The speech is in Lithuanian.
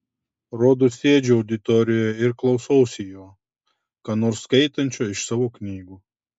rodos sėdžiu auditorijoje ir klausausi jo ką nors skaitančio iš savo knygų